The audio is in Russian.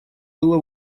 было